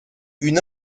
une